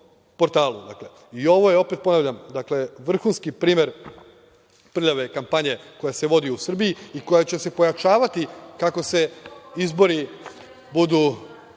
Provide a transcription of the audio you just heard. portalu. Ovo je, opet ponavljam, vrhunski primer prljave kampanje koja se vodi u Srbiji i koja će se pojačavati kako se izbori budu